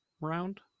round